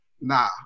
nah